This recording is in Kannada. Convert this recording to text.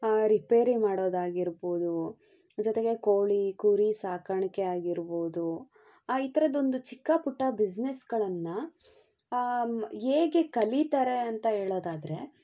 ರಿಪೇರಿ ಮಾಡೋದಾಗಿರ್ಬೋದು ಜೊತೆಗೆ ಕೋಳಿ ಕುರಿ ಸಾಕಾಣಿಕೆ ಆಗಿರ್ಬೋದು ಈ ಥರದ ಒಂದು ಚಿಕ್ಕ ಪುಟ್ಟ ಬಿಸ್ನೆಸ್ಗಳನ್ನು ಹೇಗೆ ಕಲಿತಾರೆ ಅಂತ ಹೇಳೋದಾದ್ರೆ